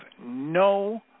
no